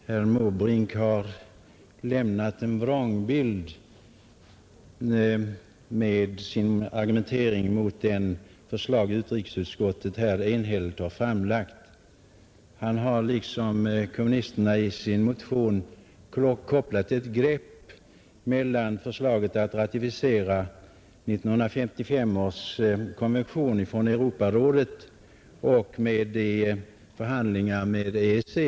Herr talman! Herr Måbrink har med sin argumentering givit en vrångbild av utrikesutskottets enhälliga förslag. Liksom övriga kommunister som väckt motionen 1234 har han gjort en koppling mellan förslaget att ratificera 1955 års Europarådskonvention och de pågående förhand Nr 86 lingarna med EEC.